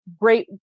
great